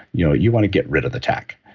you know you want to get rid of the tack.